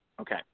Okay